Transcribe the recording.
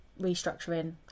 restructuring